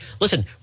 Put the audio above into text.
Listen